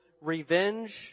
revenge